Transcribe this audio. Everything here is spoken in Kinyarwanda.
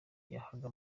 yahaga